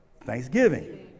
Thanksgiving